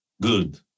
good